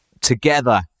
together